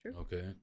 Okay